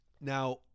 Now